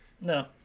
No